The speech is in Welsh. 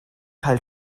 cael